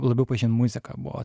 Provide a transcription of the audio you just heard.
labiau pažint muziką buvo